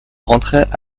rentrait